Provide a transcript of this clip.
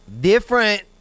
Different